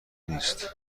نیست